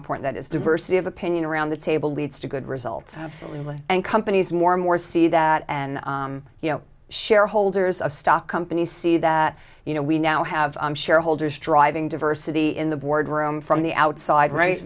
important that is diversity of opinion around the table leads to good results and companies more and more see that and you know shareholders of stock companies see that you know we now have shareholders driving diversity in the boardroom from the outside